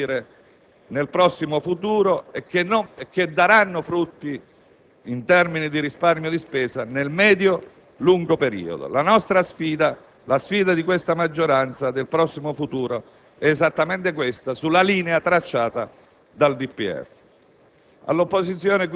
Obiettivi che intendiamo conseguire nel prossimo futuro e che daranno frutti, in termini di risparmio di spesa, nel medio-lungo periodo. La nostra sfida, la sfida di questa maggioranza, nel prossimo futuro, è esattamente questa, sulla linea tracciata